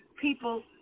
people